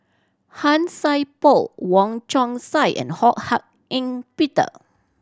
Han Sai Por Wong Chong Sai and Ho Hak Ean Peter